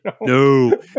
No